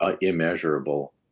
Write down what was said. immeasurable